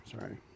Sorry